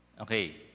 Okay